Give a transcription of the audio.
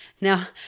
Now